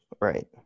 Right